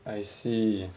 I see